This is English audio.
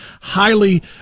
highly